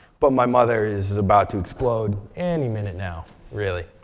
but my mother is is about to explode any minute now, really.